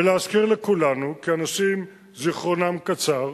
ולהזכיר לכולנו, כי אנשים זיכרונם קצר,